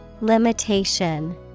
Limitation